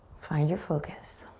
find your focus.